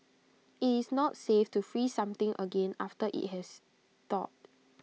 IT is not safe to freeze something again after IT has thawed